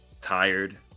tired